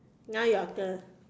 now your turn